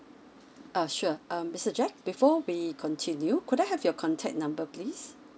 uh sure um mister jack before we continue could I have your contact number please